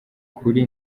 kuri